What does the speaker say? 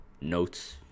notes